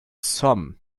some